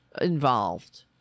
involved